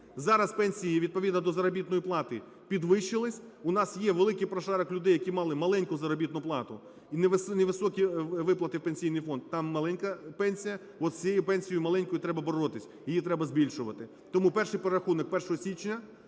Зараз пенсії відповідно до заробітної плати підвищились. У нас є великий прошарок людей, які мали маленьку заробітну плату і невисокі виплати в Пенсійний фонд, там маленька пенсія, от з цією пенсією маленькою треба боротись, її треба збільшувати. Тому перший перерахунок – 1 січня